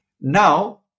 Now